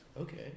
Okay